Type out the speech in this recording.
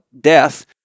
death